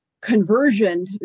conversion